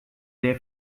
sehr